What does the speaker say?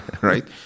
right